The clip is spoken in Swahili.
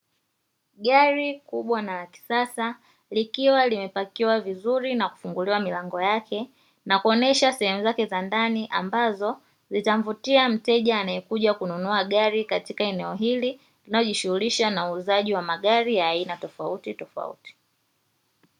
Gari kubwa na lakisasa kiliwa limepakiwa vizuri na kufunguliwa milango yake, na kuonesha sehemu zake za ndani ambazo zitamvutia mteja anayekuja kununua gari katika eneo hili, linalojishughulisha na uuzaji wa magari ya aina tofautitofauti.